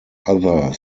other